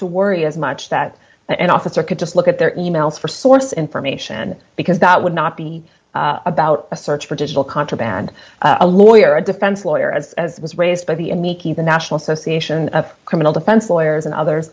to worry as much that an officer could just look at their e mails for source information because that would not be about a search for digital contraband a lawyer a defense lawyer as as was raised by the in the the national association of criminal defense lawyers and others